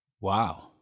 Wow